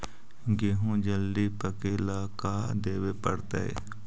गेहूं जल्दी पके ल का देबे पड़तै?